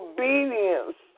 Obedience